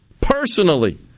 Personally